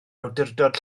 awdurdod